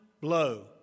blow